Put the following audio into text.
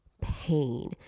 pain